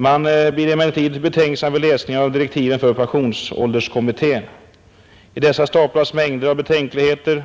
Man blir emellertid betänksam vid läsning av direktiven för pensionsålderskommittén. I dessa staplas mängder av betänkligheter.